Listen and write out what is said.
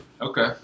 Okay